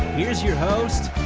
here's your host,